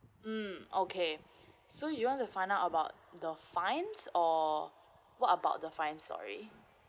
mm okay so you want to find out about the fines or what about the fine sorry